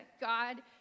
God